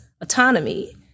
autonomy